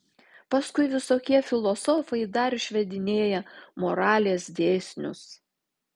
paskui visokie filosofai dar išvedinėja moralės dėsnius